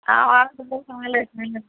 हांव आसा बरें सांगलें